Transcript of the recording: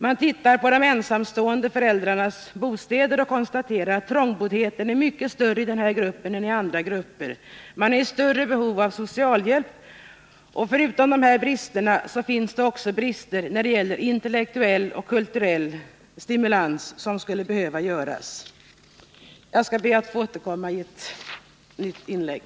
Ser vi på de ensamstående föräldrarnas bostäder, kan vi konstatera att trångboddheten är mycket större i denna grupp än i andra grupper. Man är i stort behov av socialhjälp. Förutom dessa brister finns det även brister när det gäller intellektuell och kulturell stimulans. Jag skall be att få återkomma i ett nytt inlägg.